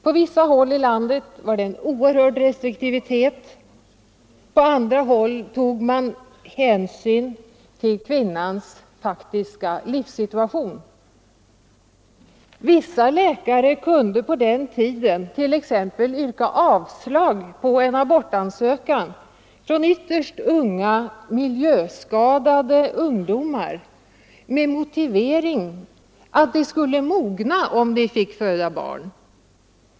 På vissa håll i landet var det en oerhörd restriktivitet, på andra håll tog man stor hänsyn till kvinnans faktiska livssituation. Vissa läkare kunde på den tiden t.ex. yrka avslag på en abortansökan från ytterst unga, miljöskadade ungdomar med motivering att de skulle mogna om de födde barn.